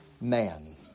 Man